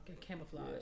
camouflage